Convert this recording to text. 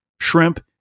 shrimp